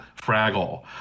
Fraggle